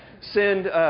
send